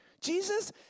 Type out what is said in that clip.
Jesus